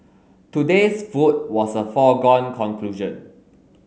today's food was a foregone conclusion